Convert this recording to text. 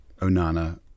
Onana